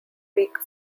peak